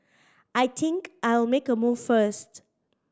I think I'll make a move first